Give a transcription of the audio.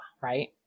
Right